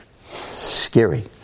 Scary